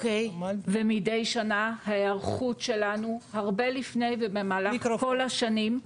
ומדי שנה ההיערכות שלנו הרבה לפני ובמהלך כל השנים,